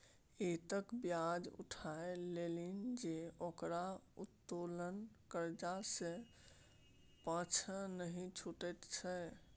एतेक ब्याज उठा लेलनि जे ओकरा उत्तोलने करजा सँ पाँछा नहि छुटैत छै